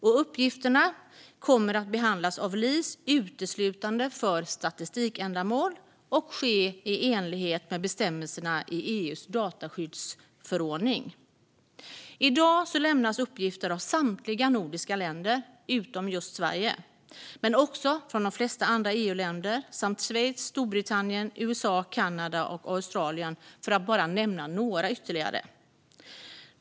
Och uppgifterna kommer att behandlas av LIS uteslutande för statistikändamål och ske i enlighet med bestämmelserna i EU:s dataskyddsförordning. I dag lämnas uppgifter ut i samtliga nordiska länder utom just Sverige, men också i de flesta andra EU-länder samt Schweiz, Storbritannien, USA, Kanada och Australien, för att bara nämna ytterligare några.